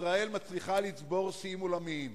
ישראל מצליחה לצבור שיאים עולמיים.